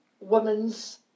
Woman's